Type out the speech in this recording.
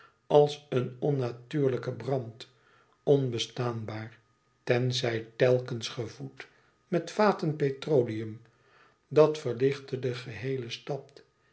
als een onnatuurlijke brand onbestaanbaar tenzij telkens gevoed met vaten petroleum at e ids aargang verlichtte de geheele stad